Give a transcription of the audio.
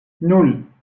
nan